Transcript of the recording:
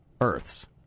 Earths